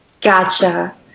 Gotcha